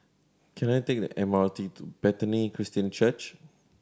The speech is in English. can I take the M R T to Bethany Christian Church